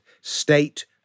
state